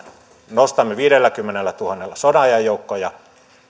nostamme viidelläkymmenellätuhannella sodanajan joukkoja